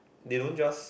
they don't just